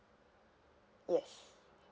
yes